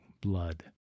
blood